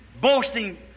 boasting